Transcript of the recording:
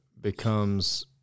becomes